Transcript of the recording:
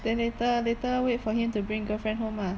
then later later wait for him to bring girlfriend home ah